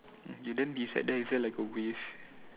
then beside there is there like a wave